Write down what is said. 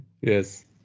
Yes